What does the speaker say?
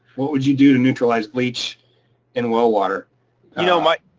what would you do to neutralize bleach in well water? you know my.